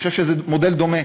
אני חושב שזה מודל דומה,